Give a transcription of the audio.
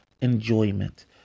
enjoyment